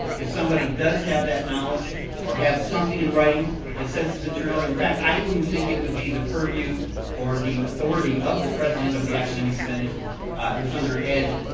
if somebody does have that knowledge or has something in writing that says it's been turned over in fact, i wouldn't think it would be the purview or the authority of the president of the academic senate who's under ed